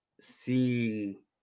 seeing